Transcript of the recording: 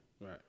Right